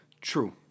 True